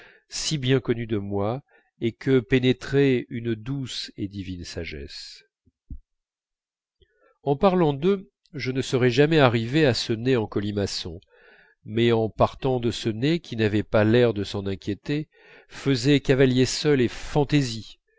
si bien connus de moi et que pénétrait une douce et divine sagesse en partant d'eux je ne serais jamais arrivé à ce nez en colimaçon mais en partant de ce nez qui n'avait pas l'air de s'en inquiéter faisait cavalier seul et fantaisie